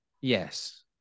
yes